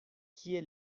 kie